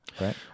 right